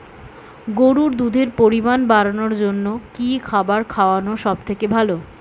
গরুর দুধের পরিমাণ বাড়ানোর জন্য কি খাবার খাওয়ানো সবথেকে ভালো?